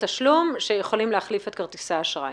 תשלום שיכולים להחליף את כרטיסי האשראי.